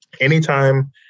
anytime